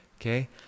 okay